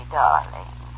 darling